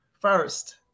First